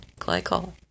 glycol